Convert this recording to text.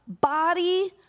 body